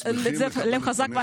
אבל לב חזק),